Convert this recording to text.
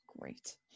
Great